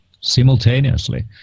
Simultaneously